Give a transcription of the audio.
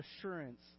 assurance